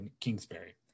Kingsbury